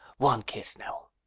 wan kiss, now!